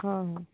ହଁ ହଁ